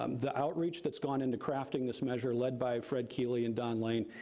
um the outreach that's gone into crafting this measure led by fred keeley and don lane,